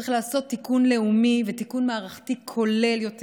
צריך לעשות תיקון לאומי ותיקון מערכתי כולל יותר.